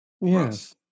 yes